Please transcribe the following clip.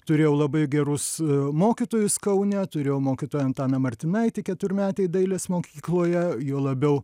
turėjau labai gerus mokytojus kaune turėjau mokytoją antaną martinaitį keturmetėj dailės mokykloje juo labiau